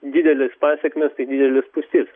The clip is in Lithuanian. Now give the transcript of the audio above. dideles pasekmes tai dideles spūstis